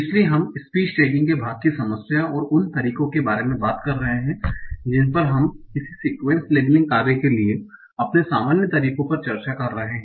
इसलिए हम speech tagging के भाग की समस्या और उन तरीकों के बारे में बात कर रहे हैं जिन पर हम किसी सीक्वेंस लेबलिंग कार्य के लिए अपने सामान्य तरीकों पर चर्चा कर रहे हैं